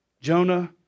Jonah